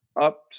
up